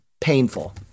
painful